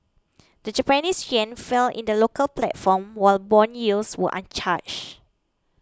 the Japanese yen fell in the local platform while bond yields were unchanged